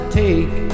take